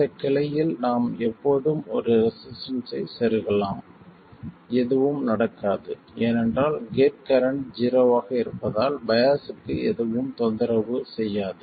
இந்த கிளையில் நாம் எப்போதும் ஒரு ரெசிஸ்டன்ஸ்ஸை செருகலாம் எதுவும் நடக்காது ஏனென்றால் கேட் கரண்ட் ஜீரோவாக இருப்பதால் பையாஸ்க்கு எதுவும் தொந்தரவு செய்யாது